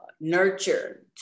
nurture